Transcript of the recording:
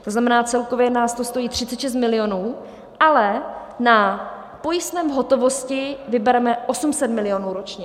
To znamená, že celkově nás to stojí 36 milionů, ale na pojistném v hotovosti vybereme 800 milionů korun ročně.